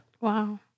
Wow